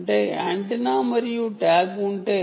అంటే యాంటెన్నా మరియు ట్యాగ్ ఉంటే